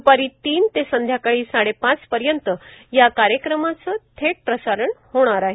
द्पारी तीन ते संध्याकाळी साडेपाच पर्यंत या कार्यक्रमाचं प्रसारण होणार आहे